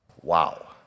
Wow